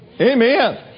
Amen